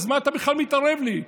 אז מה אתה בכלל מתערב לי?